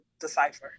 decipher